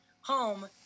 home